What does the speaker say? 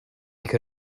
could